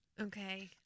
Okay